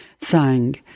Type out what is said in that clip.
sang